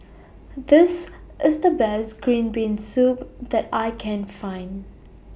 This IS The Best Green Bean Soup that I Can Find